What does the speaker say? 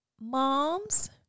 moms